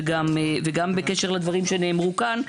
וגם בקשר לדברים שנאמרו כאן,